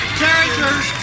characters